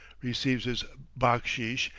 receives his backsheesh,